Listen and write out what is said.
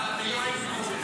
תומכים.